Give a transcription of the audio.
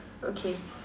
okay